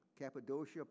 Cappadocia